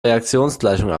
reaktionsgleichung